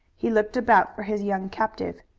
he looked about for his young captive.